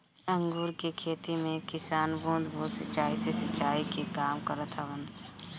अंगूर के खेती में किसान बूंद बूंद सिंचाई से सिंचाई के काम करत हवन